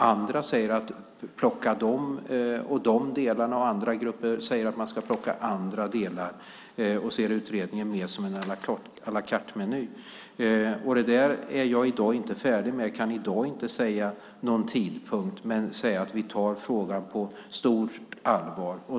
Vissa vill plocka delar av förslaget, andra vill plocka andra delar och ser utredningen som en à la cartemeny. Jag kan i dag inte säga någon tidpunkt, men vi tar frågan på stort allvar.